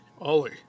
Ollie